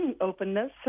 openness